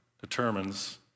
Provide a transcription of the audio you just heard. determines